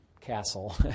castle